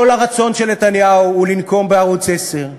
כל הרצון של נתניהו הוא לנקום בערוץ 10,